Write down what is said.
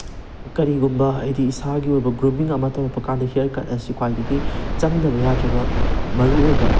ꯀꯔꯤꯒꯨꯝꯕ ꯍꯥꯏꯗꯤ ꯏꯁꯥꯒꯤ ꯑꯣꯏꯕ ꯒ꯭ꯔꯨꯃꯤꯡ ꯑꯃ ꯇꯧꯔꯛꯄ ꯀꯥꯟꯗ ꯍꯤꯌꯥꯔ ꯀꯠ ꯑꯁꯤ ꯈ꯭ꯋꯥꯏꯗꯒꯤ ꯆꯪꯗꯕ ꯌꯥꯗ꯭ꯔꯕ ꯃꯔꯨꯑꯣꯏꯕ